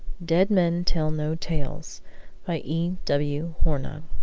dead men tell no tales by e. w. hornung